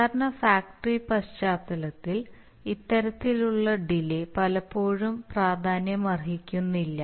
സാധാരണ ഫാക്ടറി പശ്ചാത്തലത്തിൽ ഇത്തരത്തിലുള്ള ഡിലേ പലപ്പോഴും പ്രാധാന്യമർഹിക്കുന്നില്ല